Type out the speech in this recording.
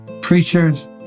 preachers